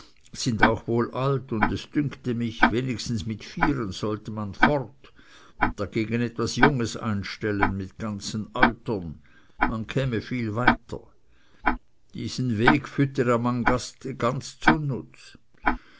sind auch wohl alt und es dünkte mich wenigstens mit vieren sollte man fort und dagegen etwas junges einstellen mit ganzen eutern man käme viel weiter diesen weg füttere man fast ganz